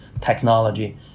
technology